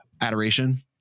adoration